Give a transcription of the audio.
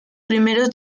primeros